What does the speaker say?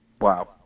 wow